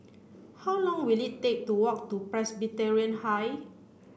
how long will it take to walk to Presbyterian High